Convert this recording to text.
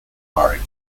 america